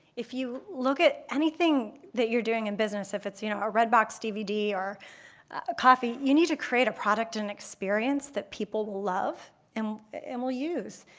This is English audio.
if you look at anything that you're doing in business, if it's you know a red box dvd or coffee, you need to create a product, an experience that people love um and will use.